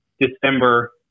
December